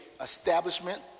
establishment